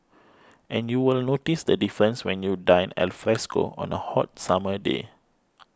and you will notice the difference when you dine alfresco on a hot summer day